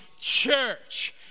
church